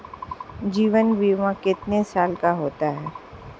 जीवन बीमा कितने साल का होता है?